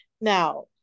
Now